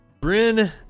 Bryn